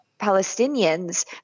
Palestinians